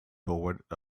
towards